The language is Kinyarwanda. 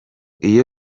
iyo